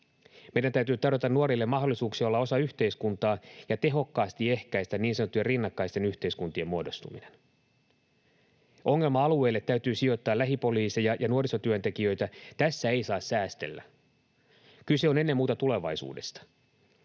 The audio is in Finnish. Meidän täytyy tarjota nuorille mahdollisuuksia olla osa yhteiskuntaa ja tehokkaasti ehkäistä niin sanottujen rinnakkaisten yhteiskuntien muodostuminen. Ongelma-alueille täytyy sijoittaa lähipoliiseja ja nuorisotyöntekijöitä. Tässä ei saa säästellä. Kyse on ennen muuta tulevaisuudesta.